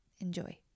Enjoy